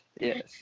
Yes